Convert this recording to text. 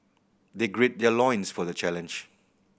they grid their loins for the challenge